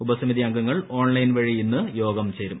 ഉപസമിതി അംഗങ്ങൾ ഓൺലൈൻ വഴി ഇന്ന് യോഗം ചേരും